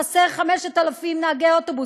חסרים 5,000 נהגי אוטובוס.